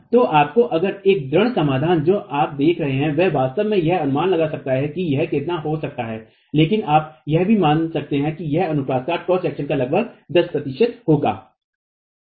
तो अगर यह एक दृढ़ समाधान जो आप देख रहे हैं वह वास्तव में यह अनुमान लगा सकता है कि यह कितना हो सकता है लेकिन आप यह भी मान सकते हैं कि यह अनुप्रस्थ काट का लगभग 10 प्रतिशत होगा